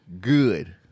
good